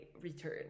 return